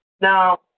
Now